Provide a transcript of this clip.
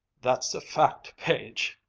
that's a fact, page,